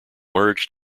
merge